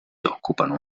occupano